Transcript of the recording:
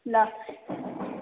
ल